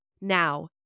Now